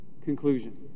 conclusion